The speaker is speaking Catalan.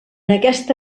aquesta